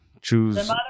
choose